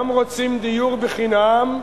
גם רוצים דיור חינם,